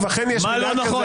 מה האקדח המעשן,